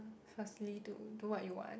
firstly to do what you want